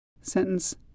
Sentence